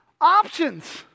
options